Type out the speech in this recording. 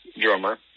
drummer